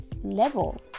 level